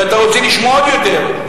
ואתה רוצה לשמוע עוד יותר?